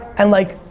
and, like,